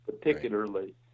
particularly